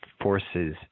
forces